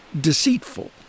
deceitful